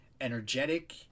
energetic